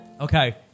Okay